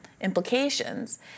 implications